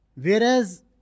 Whereas